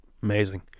amazing